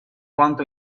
quanto